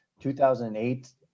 2008